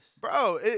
Bro